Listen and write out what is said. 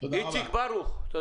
איציק ברוך, לא